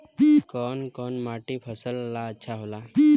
कौन कौनमाटी फसल ला अच्छा होला?